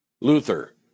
Luther